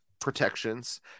protections